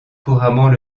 couramment